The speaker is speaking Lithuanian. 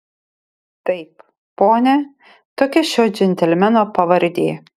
taip pone tokia šio džentelmeno pavardė